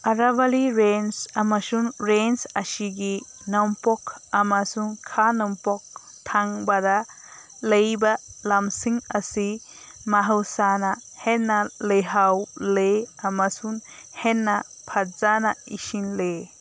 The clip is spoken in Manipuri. ꯑꯥꯔꯥꯕꯂꯤ ꯔꯦꯟꯁ ꯑꯃꯁꯨꯡ ꯔꯦꯟꯁ ꯑꯁꯤꯒꯤ ꯅꯣꯡꯄꯣꯛ ꯑꯃꯁꯨꯡ ꯈꯥ ꯅꯣꯡꯄꯣꯛ ꯊꯪꯕꯗ ꯂꯩꯕ ꯂꯝꯁꯤꯡ ꯑꯁꯤ ꯃꯍꯧꯁꯥꯅ ꯍꯦꯟꯅ ꯂꯩꯍꯥꯎ ꯂꯩ ꯑꯃꯁꯨꯡ ꯍꯦꯟꯅ ꯐꯖꯅ ꯏꯁꯤꯡ ꯂꯩ